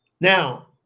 Now